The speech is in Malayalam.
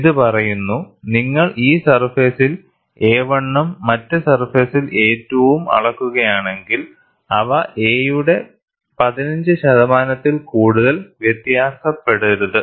ഇത് പറയുന്നു നിങ്ങൾ ഈ സർഫേസിൽ a1 ഉം മറ്റ് സർഫേസിൽ a2 ഉം അളക്കുകയാണെങ്കിൽ അവ a യുടെ 15 ശതമാനത്തിൽ കൂടുതൽ വ്യത്യാസപ്പെടരുത്